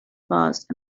passed